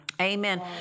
Amen